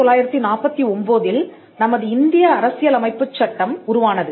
1949இல் நமது இந்திய அரசியலமைப்புச் சட்டம் உருவானது